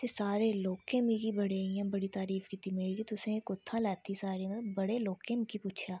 ते सारे लोकें मिगी बड़े इ'यां बड़ी तरीफ़ कीती मेरी तुसें एह् कुत्थां लैती साड़ी मतलब बड़े लोकें मिगी पुच्छेआ